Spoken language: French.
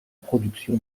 production